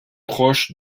proche